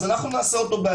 אז אנחנו בעצמנו נעשה אותו.